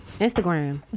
instagram